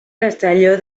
castelló